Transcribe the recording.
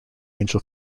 angel